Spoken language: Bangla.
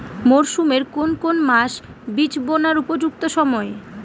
মরসুমের কোন কোন মাস বীজ বোনার উপযুক্ত সময়?